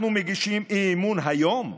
אנחנו מגישים אי-אמון היום,